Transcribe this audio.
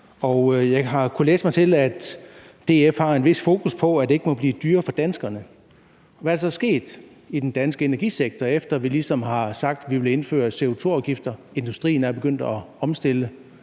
Jeg har kunnet læse mig til, at DF har et vist fokus på, at det ikke må blive dyrere for danskerne. Hvad er der så sket i den danske energisektor, efter at vi ligesom har sagt, at vi vil indføre CO2-afgifter? Industrien er begyndt at omstille